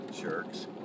Jerks